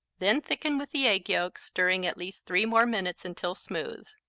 then thicken with the egg yolks, stirring at least three more minutes until smooth.